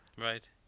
Right